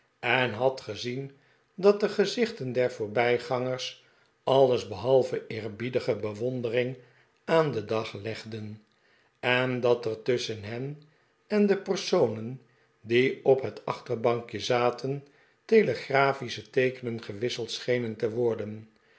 en had gezien dat de gezichten der voorbijgangers alles behalve s v v v de pickwick club eerbiedige be wondering aan den dag legden en dat er tusschen hen en de personen die op het achterbankje zaten telegrafische teekenen gewisseid schenen te worden